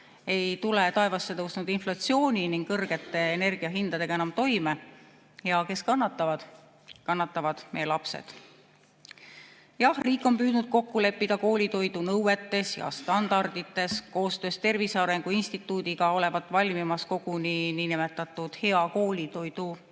ei tule taevasse tõusnud inflatsiooni ning kõrgete energiahindadega enam toime. Ja kes kannatavad? Kannatavad meie lapsed. Jah, riik on püüdnud kokku leppida koolitoidu nõuetes ja standardites. Koostöös Tervise Arengu Instituudiga olevat valmimas koguni niinimetatud hea koolitoidu